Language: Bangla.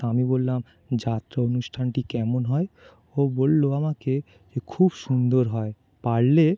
তা আমি বললাম যাত্রা অনুষ্ঠানটি কেমন হয় ও বলল আমাকে যে খুব সুন্দর হয় পারলে